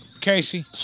Casey